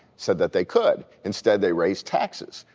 said that they could, instead they raise taxes.